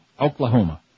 Oklahoma